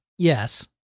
Yes